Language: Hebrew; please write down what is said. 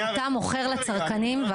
אתה מוכר לצרכנים,